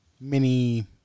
mini